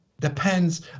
depends